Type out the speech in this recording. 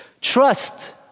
Trust